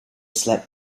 slept